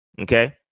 Okay